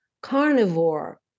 carnivore